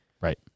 Right